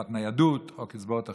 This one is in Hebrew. ניידות או קצבאות אחרות,